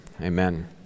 amen